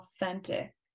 authentic